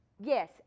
yes